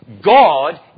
God